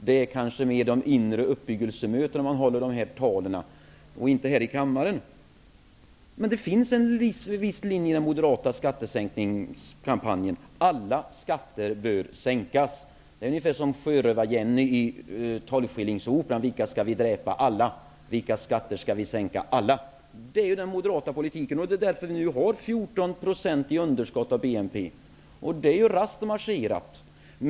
Det är kanske på de inre uppbyggelsemötena som man håller de här talen och inte här i kammaren, men det finns en viss linje i den moderata skattesänkningskampanjen: Alla skatter bör sänkas. Det är ungefär som Sjörövar-Jenny i Tolvskillingsoperan: Vilka skall vi dräpa? -- Alla! Vilka skatter skall vi sänka? -- Alla! Det är den moderata politiken, och det är därför ni har 14 % av BNP i underskott. Det är raskt marscherat.